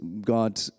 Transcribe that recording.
God